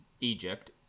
Egypt